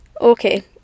okay